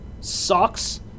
sucks